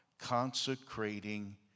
consecrating